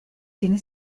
tiene